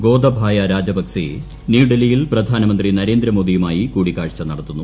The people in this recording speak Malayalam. ഗോതബായ രജപക്സെ ന്യൂഡൽഹിയിൽ പ്രധാനമന്ത്രി നരേന്ദ്രമോദിയുമായി കൂടിക്കാഴ്ച നടത്തുന്നു